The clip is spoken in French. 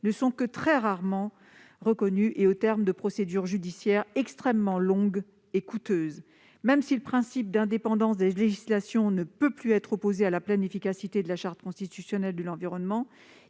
reconnus que très rarement, au terme de procédures judiciaires extrêmement longues et coûteuses. Même si le principe d'indépendance des législations ne peut plus être opposé à la pleine efficacité de la Charte constitutionnelle de l'environnement,